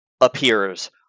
appears